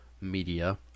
media